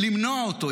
למנוע אותו.